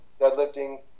deadlifting